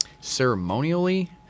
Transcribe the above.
ceremonially